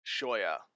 Shoya